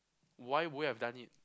why would you have done it